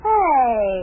Hey